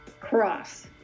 cross